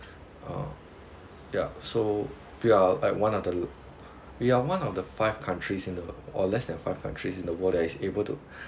uh ya so we are like one of the we are one of the five countries in the or less than five countries in the world that is able to